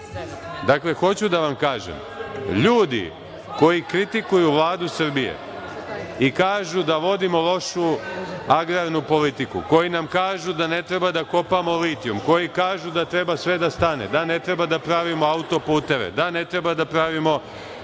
destileriju. Hoću da vam kažem sledeće. Ljudi koji kritikuju Vladu Srbije i kažu da vodimo lošu agrarnu politiku, koji nam kažu da ne treba da kopamo litijum, koji kažu da treba sve da stane, da ne treba da pravimo auto-puteve, da ne treba da pravimo